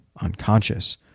unconscious